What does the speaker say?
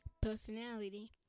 personality